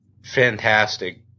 fantastic